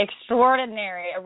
extraordinary